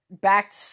back